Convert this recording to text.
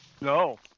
no